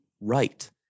right